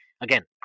again